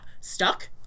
stuck